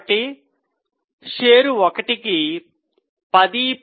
కాబట్టి షేర్లకు 1 కి 10